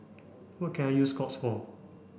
what can I use Scott's for